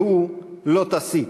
והוא "לא תסית",